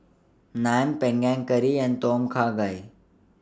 Naan Panang Curry and Tom Kha Gai